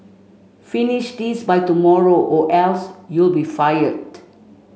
finish this by tomorrow or else you'll be fired